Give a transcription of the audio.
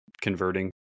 converting